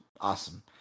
awesome